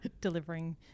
delivering